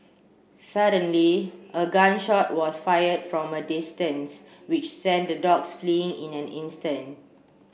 suddenly a gun shot was fired from a distance which sent the dogs fleeing in an instant